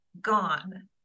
gone